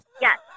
Yes